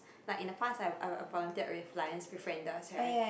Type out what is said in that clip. like in the past I I volunteered with Lion-Befrienders [right]